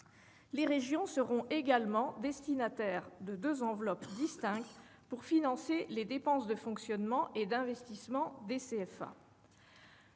Les régions seront également destinataires de deux enveloppes distinctes pour financer les dépenses de fonctionnement et d'investissement des CFA.